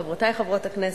חברותי חברות הכנסת,